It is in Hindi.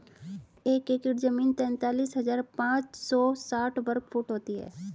एक एकड़ जमीन तैंतालीस हजार पांच सौ साठ वर्ग फुट होती है